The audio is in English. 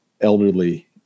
elderly